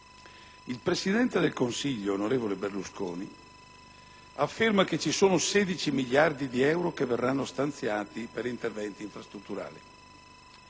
Il Presidente del Consiglio, onorevole Berlusconi, afferma che ci sono 16 miliardi di euro che verranno stanziati per interventi infrastrutturali.